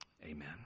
Amen